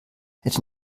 hätte